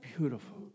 beautiful